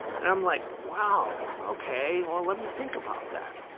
and i'm like, wow, okay, well let me think about that.